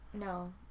No